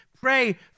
pray